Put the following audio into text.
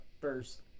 first